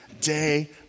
day